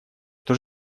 что